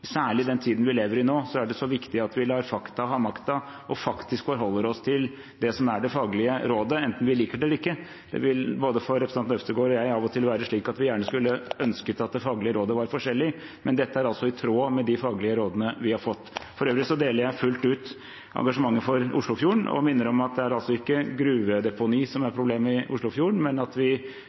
Særlig i den tiden vi lever i nå, er det så viktig at vi lar fakta ha makta og faktisk forholder oss til det som er det faglige rådet, enten vi liker ikke. Det vil både for representanten Øvstegård og meg av og til være slik at vi gjerne skulle ønsket at det faglige rådet var forskjellig. Men dette er altså i tråd med de faglige rådene vi har fått. For øvrig deler jeg fullt ut engasjementet for Oslofjorden og minner om at det altså ikke er gruvedeponi som er problemet i Oslofjorden, men at vi